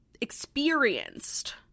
experienced